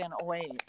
away